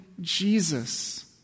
Jesus